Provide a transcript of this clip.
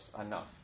enough